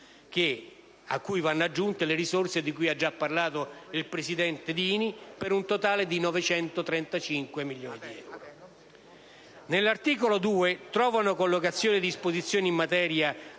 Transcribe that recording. a cui vanno aggiunte le risorse di cui ha già parlato il senatore Dini per un totale di 935 milioni di euro. Nell'articolo 2 trovano collocazione disposizioni in materia